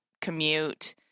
commute